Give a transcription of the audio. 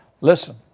Listen